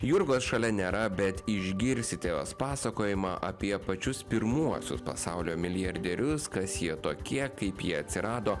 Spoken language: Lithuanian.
jurgos šalia nėra bet išgirsite pasakojimą apie pačius pirmuosius pasaulio milijardierius kas jie tokie kaip jie atsirado